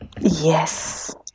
Yes